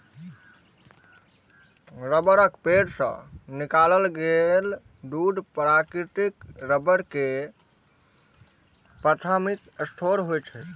रबड़क पेड़ सं निकालल गेल दूध प्राकृतिक रबड़ के प्राथमिक स्रोत होइ छै